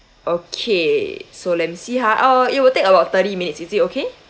okay so let me see ha uh it will take about thirty minutes is it okay